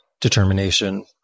determination